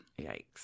Yikes